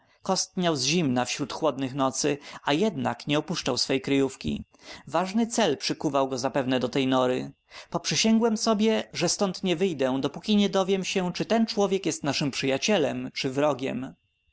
z zimna wśród chłodnych nocy a jednak nie opuszczał swej kryjówki ważny cel przykuwał go zapewne do tej nory poprzysiągłem sobie te stąd nie wyjdę dopóki nie dowiem się czy ten człowiek jest naszym przyjacielem czy wrogiem